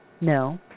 No